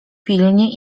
pilnie